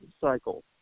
Cycle